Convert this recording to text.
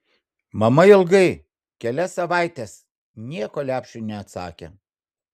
mama ilgai kelias savaites nieko lepšiui neatsakė